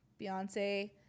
beyonce